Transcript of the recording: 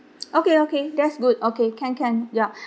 okay okay that's good okay can can ya